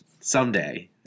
someday